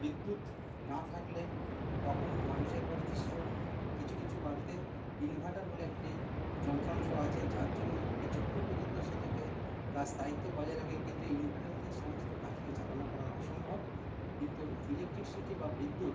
বিদ্যুৎ না থাকলে তখন মানুষের বাড়িতে সব কিছু কিছু বাড়িতে ইনভারটার বলে একটি যন্ত্রাংশ আছে যার জন্য কিছুক্ষণ পর্যন্ত সেটাকে তার স্থায়িত্ব বজায় রাখে কিন্তু ইনভারটার দিয়ে সমস্ত কাজকে চালনা করার অসম্ভব কিন্তু ইলেকট্রিসিটি বা বিদ্যুৎ